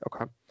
okay